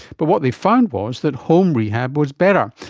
but what they found was that home rehab was better.